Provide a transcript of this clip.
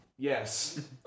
Yes